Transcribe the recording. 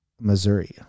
Missouri